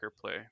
play